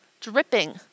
dripping